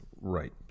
Right